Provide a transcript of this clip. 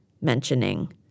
mentioning